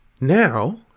Now